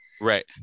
Right